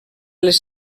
les